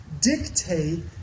dictate